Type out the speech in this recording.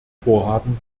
vorhaben